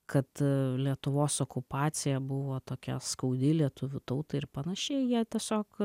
kad lietuvos okupacija buvo tokia skaudi lietuvių tautai ir panašiai jie tiesiog